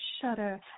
shudder